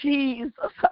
Jesus